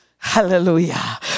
Hallelujah